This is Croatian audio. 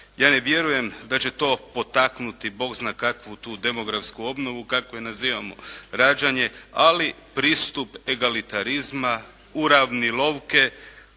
Ja ne vjerujem da će to potaknuti Bog zna kakvu tu demografsku obnovu, kako je nazivamo, rađanje, ali pristup egalitarizma, …/Govornik